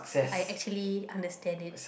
I actually understand it